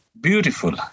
beautiful